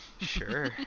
Sure